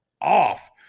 off